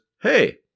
hey